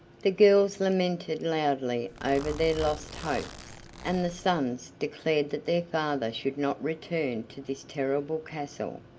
the girls lamented loudly over their lost hopes, and the sons declared that their father should not return to this terrible castle,